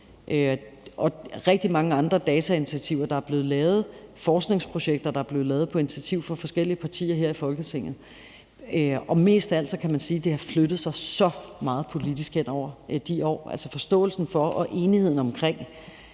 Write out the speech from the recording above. og rigtig mange andre datainitiativer. Der er blevet lavet forskningsprojekter på initiativ af forskellige partier i Folketinget. Og mest af alt kan man sige, at det har flyttet sig så meget politisk hen over de år, altså forståelsen for og enigheden omkring,